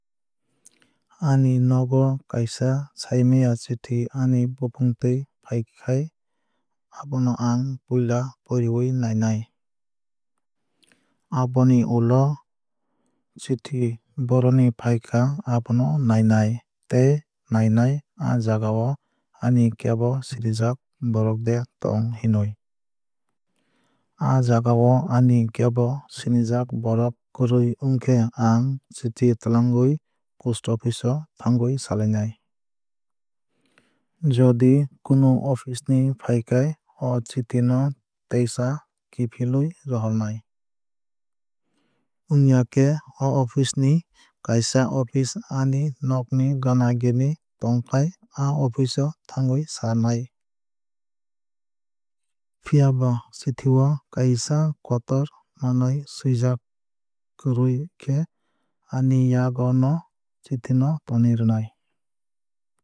Ani nogo kaisa saimanya chthi ani bumungtwui faikhai abono ang puila poriwui nainai. Aboni ulo o chithi boroni faikha abono nainai tei nainai aa jagao ani kebo sinijak borok de tong hinwui. Aa jagao ani kebo sinijak borok kwrwui wngkhe ang chithi twlangwui post office o thangwui salainai. Jodi kunu office ni faikhai o chithi no teisa kifilwui rohornai. Wngya khe o office ni kaisa office ani nog gana gini tongkahi aa office thangwui sanai. Phiaba chithi o kaisa kotor manwui suijak kwrwui khe ani yago no chithi no tonwui rwinai.